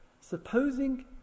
Supposing